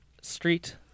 street